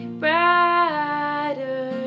brighter